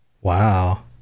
wow